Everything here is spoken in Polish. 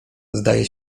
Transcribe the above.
zdaje